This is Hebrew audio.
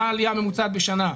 מה העלייה הממוצעת בשנה,